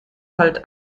halt